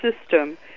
system